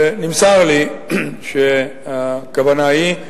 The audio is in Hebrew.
ונמסר לי שהכוונה היא,